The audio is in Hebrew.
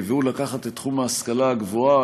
והוא לקחת את תחום ההשכלה הגבוהה,